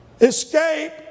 escape